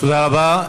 תודה רבה.